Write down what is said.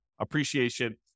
appreciation